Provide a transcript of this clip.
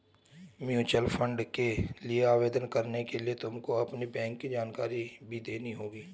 mutual fund के लिए आवेदन करने के लिए तुमको अपनी बैंक की जानकारी भी देनी होगी